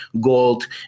gold